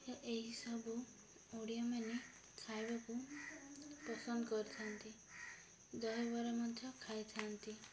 ଏହିସବୁ ଓଡ଼ିଆମାନେ ଖାଇବାକୁ ପସନ୍ଦ କରିଥାନ୍ତି ଦହିବରା ମଧ୍ୟ ଖାଇଥାନ୍ତି